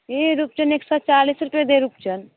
ई रुपचन एक सओ चालिस रुपैए दै हइ रुपचन